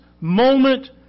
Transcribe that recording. moment